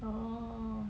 oh